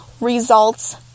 results